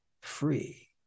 free